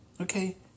Okay